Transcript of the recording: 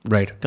Right